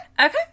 okay